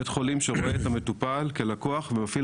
בית חולים שרואה את המטופל כלקוח ומפעיל